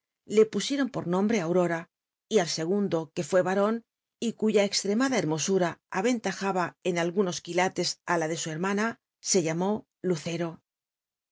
le pusieron por nombre aurora y al segundo que fue baron y cuya estremada hermosura arenlajaba en algunos quilates á la de su hermana se llamó lucero